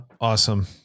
Awesome